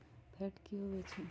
Fat की होवछै?